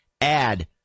add